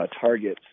targets